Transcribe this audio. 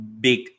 big